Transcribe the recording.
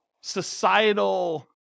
societal